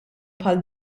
bħal